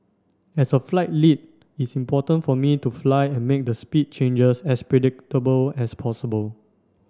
as a flight lead it's important for me to fly and make the speed changes as predictable as possible